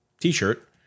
t-shirt